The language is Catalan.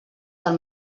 del